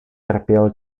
trpěl